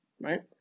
right